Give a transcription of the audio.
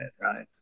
Right